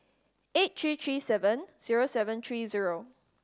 eight three three seven zero seven three zero